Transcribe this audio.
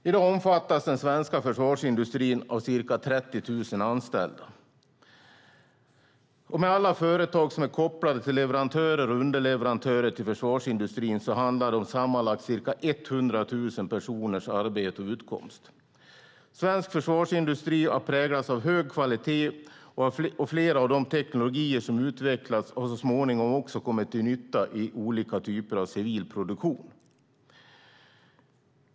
I dag omfattar den svenska försvarsindustrin ca 30 000 anställda. Med alla företag som är kopplade som leverantörer och underleverantörer till försvarsindustrin handlar det sammanlagt om ca 100 000 personers arbete och utkomst. Svensk försvarsindustri har präglats av hög kvalitet, och flera av de teknologier som utvecklats har så småningom också kommit till nytta i olika typer av civil produktion.